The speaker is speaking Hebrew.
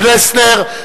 פלסנר,